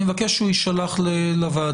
אני מבקש שהוא יישלח לוועדה.